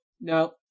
Now